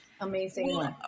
amazing